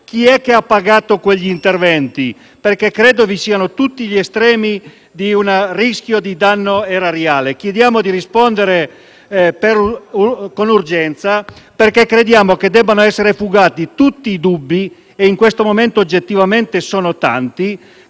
sapere chi ha pagato quegli interventi perché credo vi siano tutti gli estremi di un rischio di danno erariale. Chiediamo di rispondere con urgenza perché riteniamo che debbano essere fugati tutti i dubbi - e in questo momento oggettivamente sono tanti